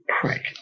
prick